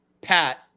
Pat